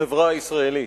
בחברה הישראלית.